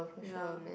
ya